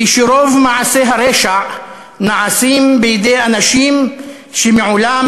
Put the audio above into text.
היא שרוב מעשי הרשע נעשים בידי אנשים שמעולם